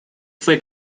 fue